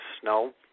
snow